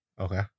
Okay